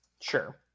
Sure